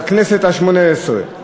בכנסת השמונה-עשרה.